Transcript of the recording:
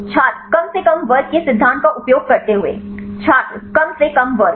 छात्र कम से कम वर्ग के सिद्धांत का उपयोग करते हुए छात्र कम से कम वर्ग